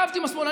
רבת עם השמאלני,